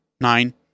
nine